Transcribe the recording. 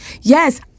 Yes